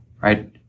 Right